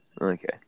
Okay